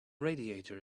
radiator